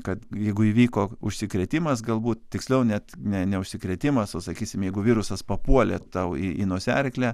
kad jeigu įvyko užsikrėtimas galbūt tiksliau net ne neužsikrėtimas o sakysim jeigu virusas papuolė tau į nosiaryklę